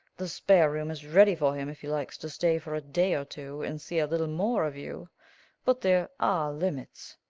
the spare room is ready for him if he likes to stay for a day or two and see a little more of you but there are limits.